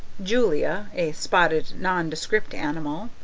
julia a spotted, nondescript animal.